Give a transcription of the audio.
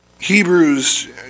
Hebrews